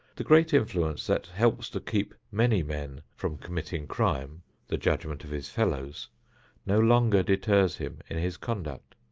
the great influence that helps to keep many men from committing crime the judgment of his fellows no longer deters him in his conduct.